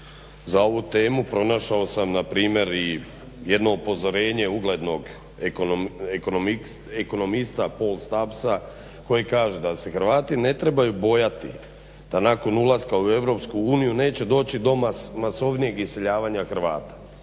za ovu temu pronašao sam na primjer i jedno upozorenje uglednog ekonomista Paul Stubbsa koji kaže da se Hrvati ne trebaju bojati da nakon ulaska u EU neće doći do masovnijeg iseljavanja Hrvata